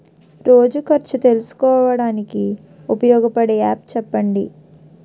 రోజు ఖర్చు తెలుసుకోవడానికి ఉపయోగపడే యాప్ చెప్పండీ?